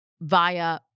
via